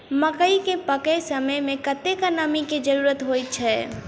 मकई केँ पकै समय मे कतेक नमी केँ जरूरत होइ छै?